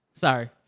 Sorry